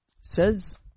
says